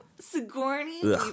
sigourney